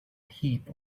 heap